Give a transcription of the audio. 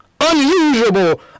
unusable